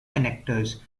connectors